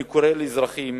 אני קורא לאזרחים